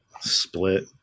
split